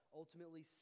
ultimately